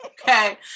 Okay